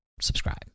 subscribe